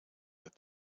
that